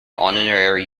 honorary